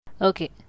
Okay